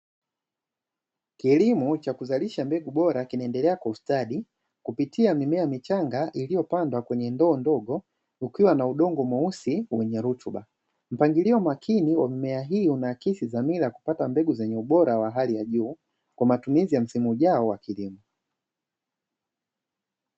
Kilimo cha kuzalishia mbegu bora, kinaendelea kustadi kupitia mimea michanga iliyopandwa kwenye ndoo ndogo, kukiwa na udongo mweusi wenye rutuba, mpangilio makini wa mimea hii unaakisi dhamira ya kupata mbegu zenye ubora wa hali ya juu, kwa matumizi ya msimu ujao wa kilimo.